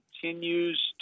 continues